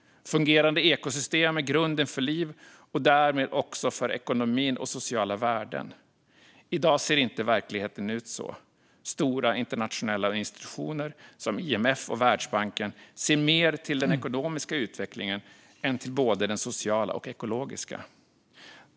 Fungerande ekosystem är grunden för liv och därmed också för ekonomi och sociala värden. I dag ser verkligheten inte ut så. Stora internationella institutioner som IMF och Världsbanken ser mer till den ekonomiska utvecklingen än till både den sociala och ekologiska.